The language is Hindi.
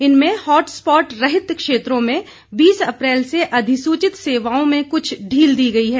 इनमें हॉटस्पॉट रहित क्षेत्रों में बीस अप्रैल से अधिसूचित सेवाओं में कुछ ढील दी गई है